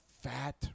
fat